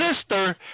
sister